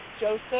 Joseph